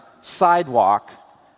sidewalk